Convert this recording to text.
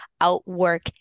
outwork